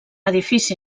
edifici